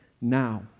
now